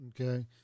Okay